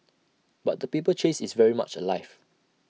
but the paper chase is very much alive